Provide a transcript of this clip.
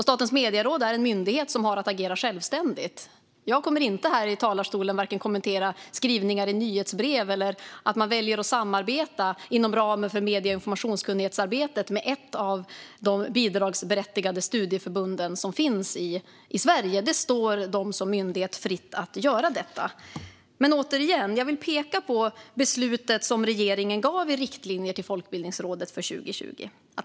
Statens medieråd är en myndighet som har att agera självständigt. Jag kommer inte här i talarstolen att kommentera vare sig skrivningar i nyhetsbrev eller att man inom ramen för medie och informationskunnighetsarbetet väljer att samarbeta med ett av de bidragsberättigade studieförbund som finns i Sverige. Det står myndigheten fritt att göra detta. Återigen vill jag peka på regeringens beslut om riktlinjer till Folkbildningsrådet för 2020.